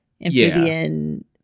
amphibian